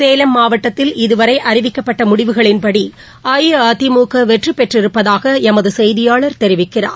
சேலம் மாவட்டத்தில் இதுவரை அறிவிக்கப்பட்ட முடிவுகளின்படி அஇஅதிமுக வெற்றிபெற்றிருப்பதாக எமது செய்தியாளர் தெரிவிக்கிறார்